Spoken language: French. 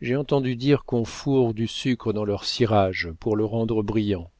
j'ai entendu dire qu'on fourre du sucre dans leur cirage pour le rendre brillant